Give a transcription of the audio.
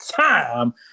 time